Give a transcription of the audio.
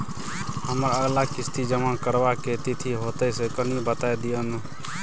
हमर अगला किस्ती जमा करबा के तिथि की होतै से कनी बता दिय न?